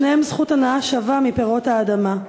לשניהם זכות הנאה שווה מפירות האדמה.